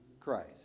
Christ